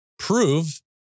Prove